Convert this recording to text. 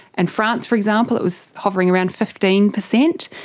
and france, for example, it was hovering around fifteen percent.